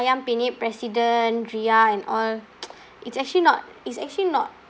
ayam penyet president ria and all it's actually not it's actually not